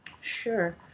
sure